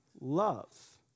love